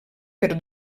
per